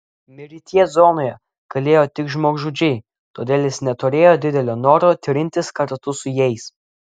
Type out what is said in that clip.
mirties zonoje kalėjo tik žmogžudžiai todėl jis neturėjo didelio noro trintis kartu su jais